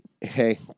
hey